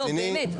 לא, באמת.